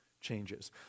Changes